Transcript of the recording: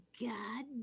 God